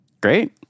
Great